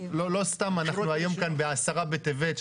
לא סתם אנחנו היום כאן בעשרה בטבת,